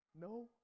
No